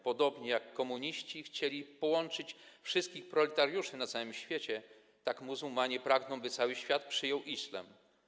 Podobnie jak komuniści chcieli połączyć wszystkich proletariuszy na całym świecie, tak muzułmanie pragną, by cały świat przyjął islam.